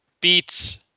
beats